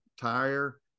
tire